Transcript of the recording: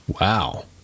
Wow